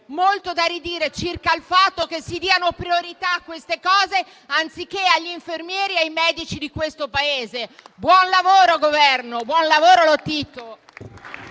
molto da ridire circa il fatto che si diano priorità a queste cose anziché agli infermieri e ai medici di questo Paese. Buon lavoro al Governo e buon lavoro al